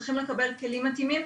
צריכים לקבל כלים מתאימים,